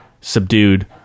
subdued